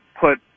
put